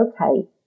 okay